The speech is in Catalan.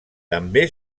també